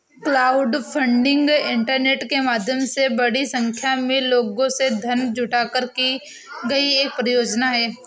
crowdfunding internet के माध्यम से बड़ी संख्या में लोगों से धन जुटाकर की गई एक परियोजना है